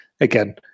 again